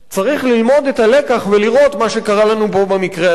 צריך ללמוד את הלקח ולראות מה קרה לנו פה במקרה הזה,